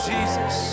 Jesus